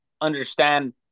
understand